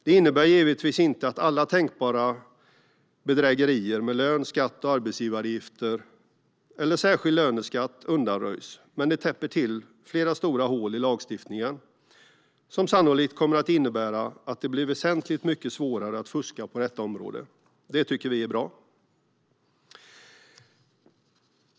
Det innebär givetvis inte att alla tänkbara bedrägerier med lön, skatt och arbetsgivaravgifter eller särskild löneskatt undanröjs. Men det täpper till flera stora hål i lagstiftningen, vilket sannolikt kommer att innebära att det blir väsentligt mycket svårare att fuska på detta område. Det tycker vi är bra.